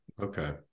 Okay